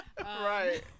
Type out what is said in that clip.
right